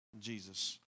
Jesus